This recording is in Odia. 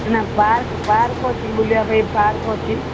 ନା ପାର୍କ ପାର୍କ ଅଛି କି ବୁଲିବା ପାଇଁ ପାର୍କ ଅଛି